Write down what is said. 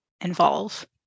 involve